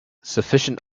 sufficient